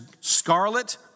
scarlet